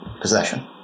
possession